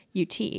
UT